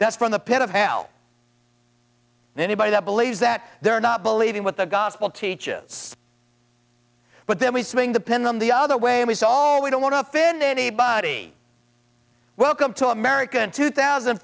that's from the pit of hell and anybody that believes that they're not believing what the gospel teaches but then we swing the pen than the other way and we saw we don't want to offend anybody welcome to america in two thousand